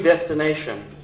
destination